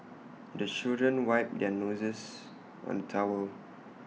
the children wipe their noses on the towel